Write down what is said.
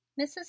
Mrs